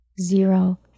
Zero